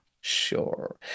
sure